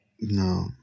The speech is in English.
No